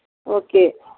okay